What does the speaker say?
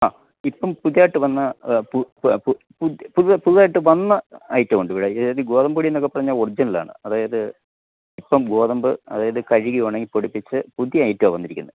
ആ ഇപ്പം പുതിയതായിട്ട് വന്ന പുതുതായിട്ട് വന്ന ഐറ്റം ഉണ്ട് ഇവിടെ ഗോതമ്പ് പൊടിയെന്നൊക്കെ പറഞ്ഞാൽ ഒറിജിനലാണ് അതായത് ഇപ്പം ഗോതമ്പ് അതായത് കഴുകി ഉണക്കി പൊടിപ്പിച്ച് പുതിയ ഐറ്റമാണ് വന്നിരിക്കുന്നത്